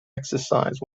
exercise